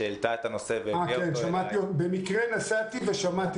שהעלתה את הנושא -- במקרה נסעתי ושמעתי